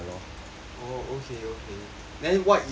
oh okay okay then what if